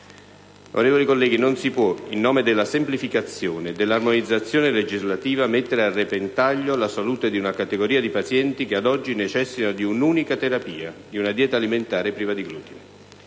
non si può, in nome della semplificazione e dell'armonizzazione legislativa, mettere a repentaglio la salute di una categoria di pazienti che ad oggi necessitano come unica terapia di una dieta alimentare priva di glutine.